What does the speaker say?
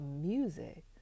music